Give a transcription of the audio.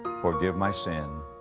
forgive my sin.